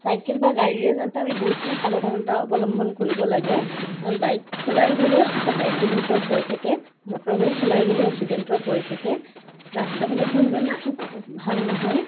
cycle বা গাড়ীৰে যাওঁতে আমি বহুতখিনি সাৱধানতা অৱলম্বন কৰিব লাগে বাইক চলাই গ'লে তাত এক্সিডেণ্টৰ ভয় থাকে মটৰ গাড়ী চলাই গ'লেও এক্সিডেণ্টৰ ভয় থাকে ৰাস্তাবিলাকো ইমান খুব ভাল নহয়